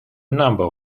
number